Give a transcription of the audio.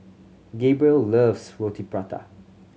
Gabriel loves Roti Prata